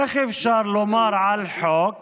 איך אפשר לומר על חוק